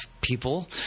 people